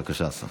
בבקשה, השר.